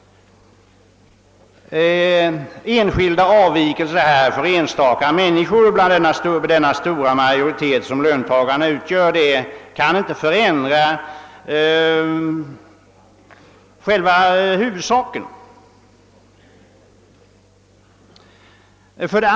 Enstaka avvikelser inom den stora majoritet som löntagarna utgör kan inte förändra sakförhållandet.